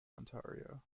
ontario